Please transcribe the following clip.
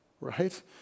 right